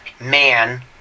man